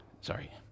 Sorry